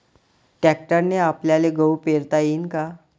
ट्रॅक्टरने आपल्याले गहू पेरता येईन का?